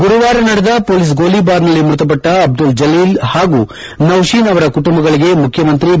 ಗುರುವಾರ ನಡೆದ ಪೊಲೀಸ್ ಗೋಲಿಬಾರ್ನಲ್ಲಿ ಮೃತಪಟ್ಟ ಅಬ್ಲುಲ್ ಜಲೀಲ್ ಹಾಗೂ ನೌಶೀನ್ ಅವರ ಕುಟುಂಬಗಳಿಗೆ ಮುಖ್ಯಮಂತ್ರಿ ಬಿ